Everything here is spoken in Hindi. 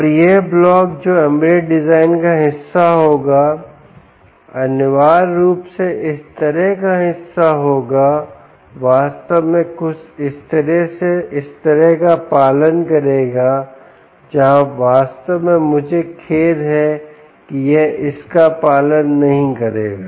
और यह ब्लॉक जो एम्बेडेड डिजाइन का हिस्सा होगा अनिवार्य रूप से इस तरह का हिस्सा होगा वास्तव में कुछ इस तरह का पालन करेगा जहां आप वास्तव में मुझे खेद है कि यह इस का पालन नहीं करेगा